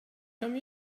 come